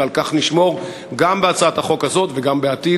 ועל כך נשמור גם בהצעת החוק הזאת וגם בעתיד.